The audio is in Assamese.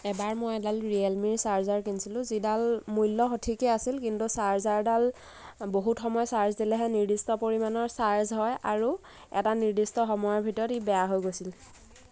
এবাৰ মই এডাল ৰিয়েলমিৰ চাৰ্জাৰ কিনিছিলোঁ যিডাল মূল্য সঠিকে আছিল কিন্তু চাৰ্জাৰডাল বহুত সময় চাৰ্জ দিলেহে নিৰ্দিষ্ট পৰিমাণৰ চাৰ্জ হয় আৰু এটা নিৰ্দিষ্ট সময়ৰ ভিতৰত ই বেয়া হৈ গৈছিল